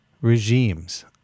regimes